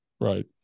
Right